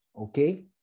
Okay